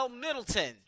Middleton